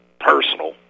personal